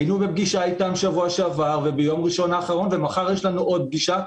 היינו בפגישה איתם שבוע שעבר וביום ראשון האחרון ומחר יש לנו עוד פגישה,